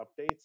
updates